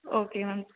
okay ma'am